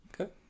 Okay